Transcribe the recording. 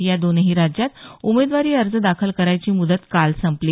या दोन्ही राज्यांत उमेदवारी अर्ज दाखल करायची मुदत काल संपली